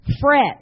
fret